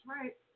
right